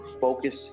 focus